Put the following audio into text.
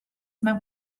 mewn